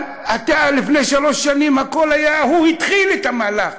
אבל לפני שלוש שנים הכול היה, הוא התחיל את המהלך.